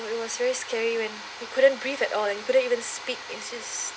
it was very scary when you couldn't breathe at all you couldn't even speak it's just